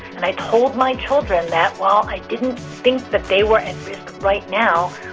and i told my children that while i didn't think that they were at risk right now,